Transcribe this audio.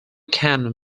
can